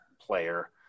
player